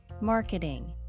marketing